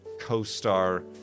co-star